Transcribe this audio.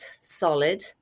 solid